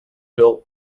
built